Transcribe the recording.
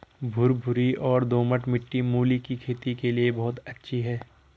भुरभुरी और दोमट मिट्टी मूली की खेती के लिए बहुत अच्छी है